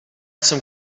some